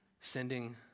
sending